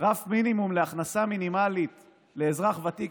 רף מינימום להכנסה מינימלית לאזרח ותיק